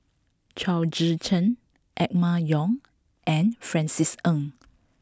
Chao Tzee Cheng Emma Yong and Francis Ng